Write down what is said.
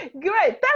Great